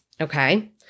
Okay